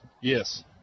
Yes